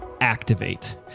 Activate